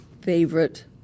favorite